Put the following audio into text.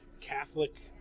Catholic